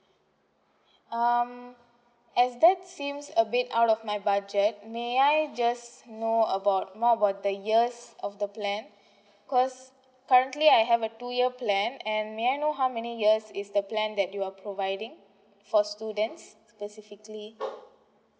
um as that seems a bit out of my budget may I just know about more about the years of the plan cause currently I have a two year plan and may I know how many years is the plan that you are providing for students specifically